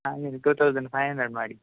ಆಮೇಲೆ two thousand five hundred ಮಾಡಿ